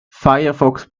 firefox